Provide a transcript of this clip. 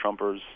Trumpers